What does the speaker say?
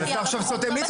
אתה עכשיו סותם לי את הפה.